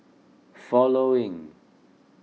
following